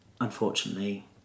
unfortunately